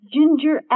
Ginger